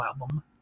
album